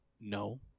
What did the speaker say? No